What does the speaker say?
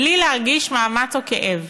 בלי להרגיש מאמץ או כאב?